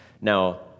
Now